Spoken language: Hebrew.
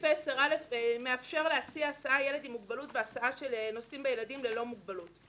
10(א) מאפשר להסיע ילד עם מוגבלות בהסעה שנוסעים בה ילדים ללא מוגבלות.